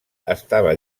estava